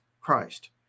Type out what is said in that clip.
Christ